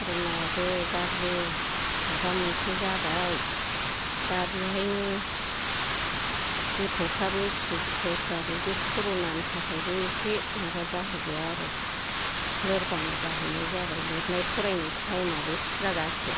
कर'नायावबो गाज्रि माबा मोनसे जाबाय दा बेहायनो गथ'फ्राबो फिसौ फिथाइफ्राबो बे क'रनानि थाखायबो एसे माबा जाहैबाय आरो लोरबां जाहैनाय जाबाय लिरनाय फरायनाय थाइमावबो हुरागासे